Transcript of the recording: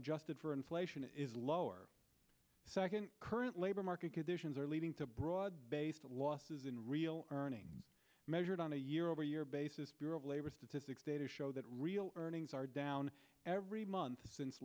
adjusted for inflation is lower second current labor market conditions are leading to broad based losses in real earning measured on a year over year basis bureau of labor statistics data show that real earnings are down every month since